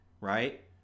right